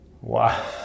Wow